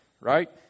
right